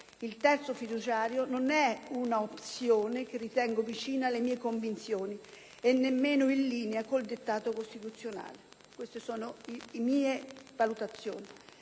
Il terzo fiduciario non è una opzione che ritengo vicina alle mie convinzioni e nemmeno in linea col dettato costituzionale. Queste sono mie valutazioni.